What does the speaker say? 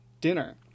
dinner